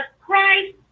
Christ